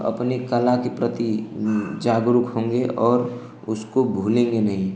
अपने कला के प्रति जागरूक होंगे और उसको भूलेंगे नहीं